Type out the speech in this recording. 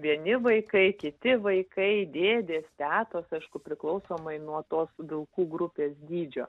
vieni vaikai kiti vaikai dėdės tetos aišku priklausomai nuo tos vilkų grupės dydžio